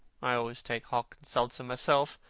i always take hock-and-seltzer myself.